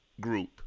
group